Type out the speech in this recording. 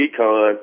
econ